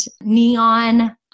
Neon